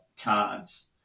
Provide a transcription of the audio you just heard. cards